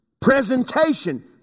Presentation